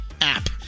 app